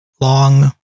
long